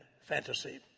fantasy